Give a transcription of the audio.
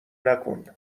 نکن